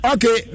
Okay